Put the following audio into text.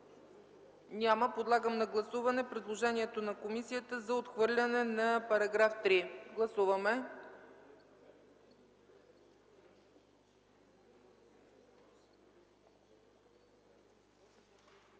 Няма. Подлагам на гласуване предложението на комисията за отхвърляне на § 3. Гласували